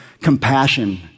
compassion